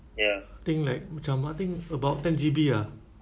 think like macam I think about ten G_B ah